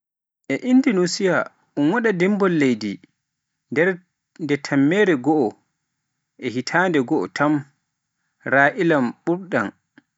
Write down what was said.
E Indonesiya un waɗa dimbol leydi nde tammere goo e hitande goo tam, raa ilam ɓuuɓɗam.